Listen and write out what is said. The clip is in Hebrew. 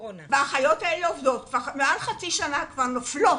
האחיות האלה עובדות כבר מעל חצי שנה והן נופלות.